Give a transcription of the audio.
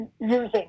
using